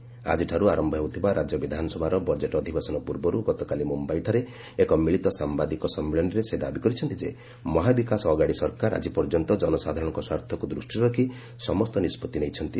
ଆକ୍କିଠାର୍ତ ଆରମ୍ଭ ହେଉଥିବା ରାଜ୍ୟ ବିଧାନସଭାର ବଜେଟ୍ ଅଧିବେଶନ ପୂର୍ବରୁ ଗତକାଲି ମୁମ୍ଭାଇଠାରେ ଏକ ମିଳିତ ସାମ୍ବାଦିକ ସମ୍ମିଳନୀରେ ସେ ଦାବି କରିଛନ୍ତି ଯେ ମହା ବିକାଶ ଅଗାଡ଼ି ସରକାର ଆଜି ପର୍ଯ୍ୟନ୍ତ ଜନସାଧାରଣଙ୍କ ସ୍ୱାର୍ଥକୁ ଦୃଷ୍ଟିରେ ରଖି ସମସ୍ତ ନିଷ୍ପଭି ନେଇଛନ୍ତି